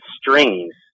strings